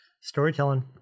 storytelling